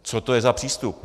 Co to je za přístup?